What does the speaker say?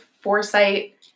foresight